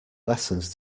lessons